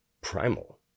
primal